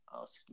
ask